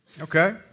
Okay